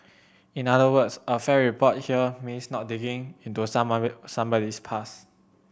in other words a fair report here means not digging into somebody's past